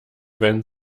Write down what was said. wenn